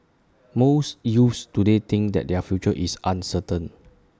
most youths today think that their future is uncertain